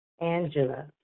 Angela